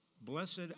Blessed